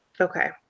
Okay